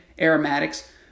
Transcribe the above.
aromatics